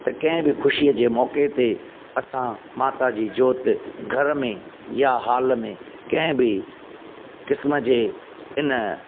त कंहिं बि ख़ुशीअ जे मौके ते असां माता जी जोति घर में या हॉल में कंहिं बि क़िस्म जे इन